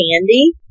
candy